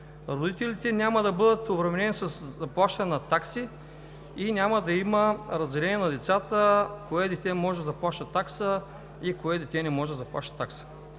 родителите няма да бъдат обременени с плащане на такси, няма да има разделение на децата – кое дете може да заплаща такса и кое дете не може да заплаща такса.